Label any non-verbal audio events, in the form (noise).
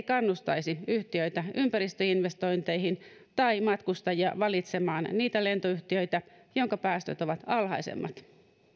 (unintelligible) kannustaisi yhtiöitä ympäristöinvestointeihin tai matkustajia valitsemaan niitä lentoyhtiöitä joiden päästöt ovat alhaisemmat